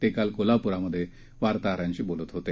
ते काल कोल्हापुरात वार्ताहरांशी बोलत होते